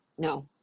No